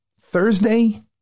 Thursday